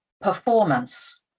performance